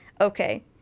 okay